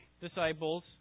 disciples